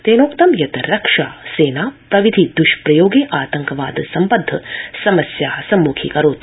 तेनोक्तं यत् रक्षा सेना प्रविधि दृष्प्रयोगे आतंकवाद सम्बद्ध समस्या सम्मुखी करोति